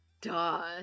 Duh